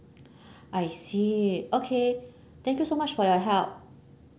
I see okay thank you so much for your help